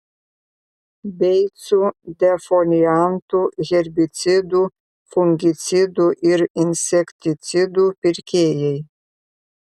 beicų defoliantų herbicidų fungicidų ir insekticidų pirkėjai